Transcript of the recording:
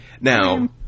Now